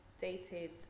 dated